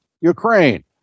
Ukraine